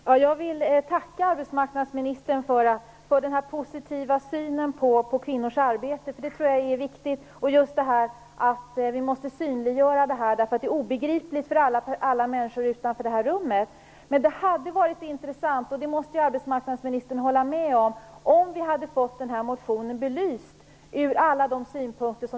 Herr talman! Jag vill tacka arbetsmarknadsministern för denna positiva syn på kvinnors arbete. Det tror jag är viktigt. Vi måste synliggöra frågan, för den är obegriplig för alla människor utanför detta rum. Det hade varit intressant - det måste arbetsmarknadsministern hålla med om - att få motionen belyst ur alla synpunkter.